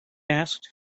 asked